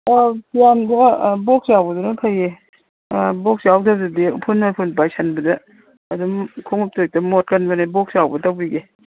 ꯑꯥ ꯐꯤꯌꯥꯡꯈꯣꯛ ꯕꯣꯛꯁ ꯌꯥꯎꯕꯗꯨꯅ ꯐꯩꯌꯦ ꯕꯣꯛꯁ ꯌꯥꯎꯗꯕꯗꯨꯗꯤ ꯎꯐꯨꯟ ꯋꯥꯏꯐꯨꯟ ꯄꯥꯏꯁꯟꯕꯗ ꯑꯗꯨꯝ ꯈꯣꯡꯎꯞꯇꯣ ꯍꯦꯛꯇ ꯃꯣꯠꯀꯟꯕꯅꯦ ꯕꯣꯛꯁ ꯌꯥꯎꯕ ꯇꯧꯕꯤꯒꯦ